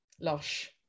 Lush